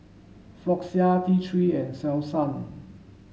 Floxia T three and Selsun